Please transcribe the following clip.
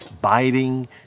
biting